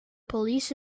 police